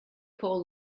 call